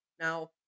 now